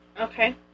Okay